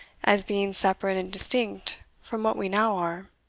as being separate and distinct from what we now are?